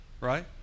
Right